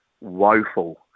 woeful